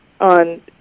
on